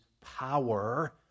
power